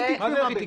מה זה איך היא תגבה?